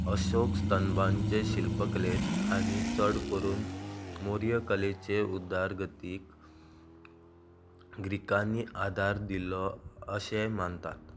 अशोक स्थंभाचे शिल्पकलेंत आनी चड करून मौर्यकलेचे उदरगतीक ग्रिकांनी आदार दिल्लो अशें मानतात